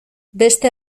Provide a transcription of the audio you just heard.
beste